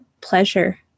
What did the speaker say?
pleasure